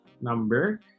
number